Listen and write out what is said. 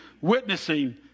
Witnessing